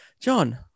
John